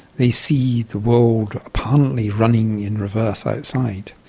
they see the world apparently running in reverse outside.